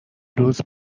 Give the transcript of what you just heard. روز